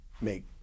make